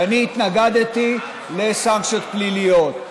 ואני התנגדתי לסנקציות פליליות.